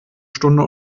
stunde